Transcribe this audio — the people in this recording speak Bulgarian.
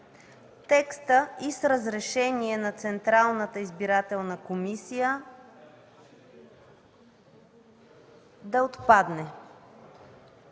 текстът „и с разрешение на Централната избирателна комисия” да отпадне.